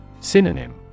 Synonym